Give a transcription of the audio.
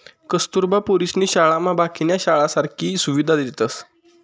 कस्तुरबा पोरीसनी शाळामा बाकीन्या शाळासारखी सुविधा देतस